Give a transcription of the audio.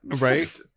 right